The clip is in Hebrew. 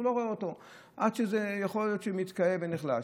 הוא לא רואה אותו’ עד שיכול להיות שזה מתקהה ונחלש.